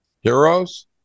Heroes